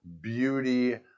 beauty